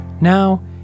Now